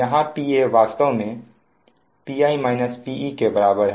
यहां Paवास्तव में Pi - Pe के बराबर है